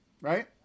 Right